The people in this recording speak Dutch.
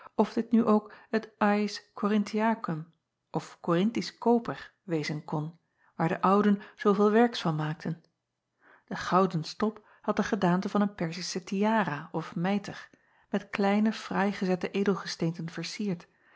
of dit nu ook het aes orinthiacum of orinthisch koper wezen kon waar de uden zooveel werks van maakten e gouden stop had de gedaante van een erzische tiara of mijter met kleine fraai gezette edelgesteenten vercierd